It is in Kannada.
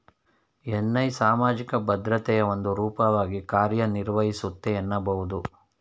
ಎನ್.ಐ ಸಾಮಾಜಿಕ ಭದ್ರತೆಯ ಒಂದು ರೂಪವಾಗಿ ಕಾರ್ಯನಿರ್ವಹಿಸುತ್ತೆ ಎನ್ನಬಹುದು